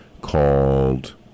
called